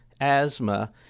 asthma